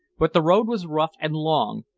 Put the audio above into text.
but the road was rough and long,